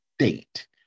state